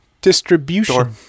Distribution